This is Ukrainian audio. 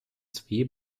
свої